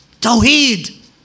Tawheed